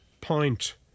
point